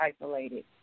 isolated